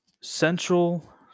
central